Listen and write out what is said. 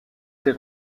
ses